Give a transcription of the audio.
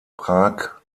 prag